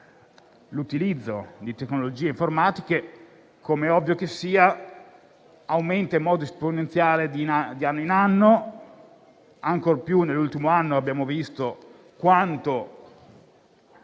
l'utilizzo di tecnologie informatiche, come è ovvio che sia, aumenta in modo esponenziale di anno in anno. Nell'ultimo anno abbiamo visto quanto